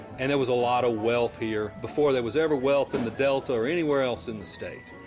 and there was a lot of wealth here, before there was ever wealth in the delta or anywhere else in the state,